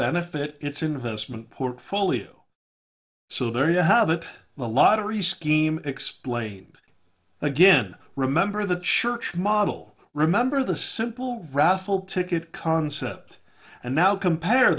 benefit its investment portfolio so there you have it the lottery scheme explained again remember the church model remember the simple raffle ticket concept and now compare